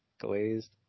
Glazed